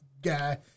Guy